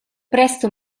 presto